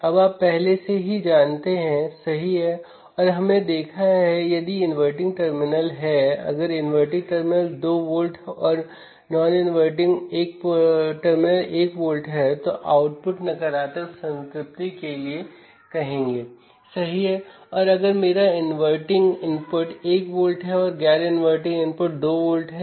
अब हम जो देखते हैं वह इंस्ट्रूमेंटेशन एम्पलीफायर है